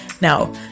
now